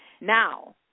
Now